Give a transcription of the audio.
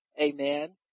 Amen